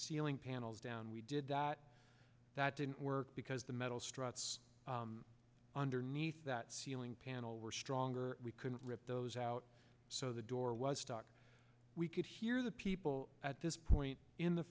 ceiling panels down we did that that didn't work because the metal struts underneath that ceiling panel were stronger we couldn't rip those out so the door was stuck we could hear the people at this point in the